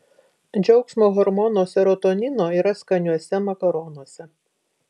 džiaugsmo hormono serotonino yra skaniuose makaronuose